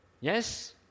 Yes